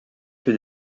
que